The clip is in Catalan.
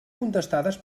contestades